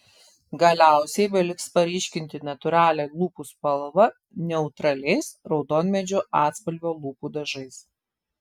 galiausiai beliks paryškinti natūralią lūpų spalvą neutraliais raudonmedžio atspalvio lūpų dažais